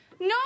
no